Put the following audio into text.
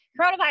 coronavirus